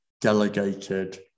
delegated